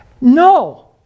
No